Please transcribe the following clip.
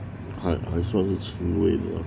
还还算是轻微的啦